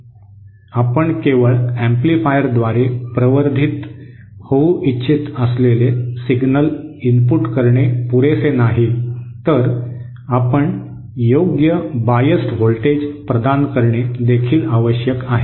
आपण केवळ एम्प्लीफायरद्वारे प्रवर्धित होऊ इच्छित असलेले सिग्नल इनपुट करणे पुरेसे नाही तर आपण योग्य बायस्ड व्होल्टेज प्रदान करणे देखील आवश्यक आहे